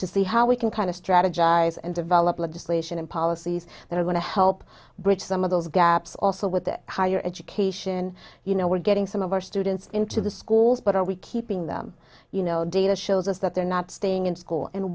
to see how we can kind of strategize and develop legislation and policies that are going to help bridge some of those gaps also with the higher education you know we're getting some of our students into the schools but are we keeping them you know data shows us that they're not staying in school and